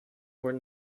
were